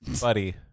buddy